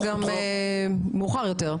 לשאול מה רוצים לעשות,